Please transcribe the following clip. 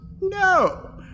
No